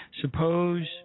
Suppose